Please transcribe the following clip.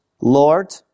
Lord